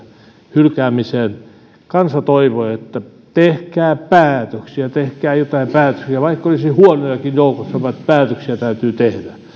hylkäämiseen kansa toivoi että tehkää päätöksiä tehkää joitain päätöksiä vaikka olisi huonojakin joukossa mutta päätöksiä täytyy tehdä